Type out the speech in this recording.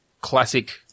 classic